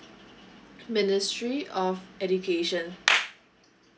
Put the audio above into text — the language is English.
ministry of education